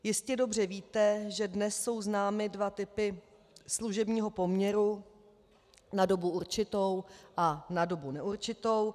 Jistě dobře víte, že dnes jsou známy dva typy služebního poměru na dobu určitou a na dobu neurčitou.